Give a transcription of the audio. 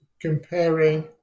comparing